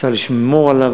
אפשר לשמור עליו,